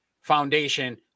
foundation